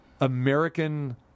American